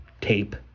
tape